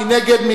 מי נגד?